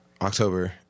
October